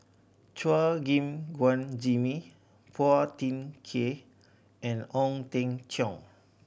Chua Gim Guan Jimmy Phua Thin Kiay and Ong Teng Cheong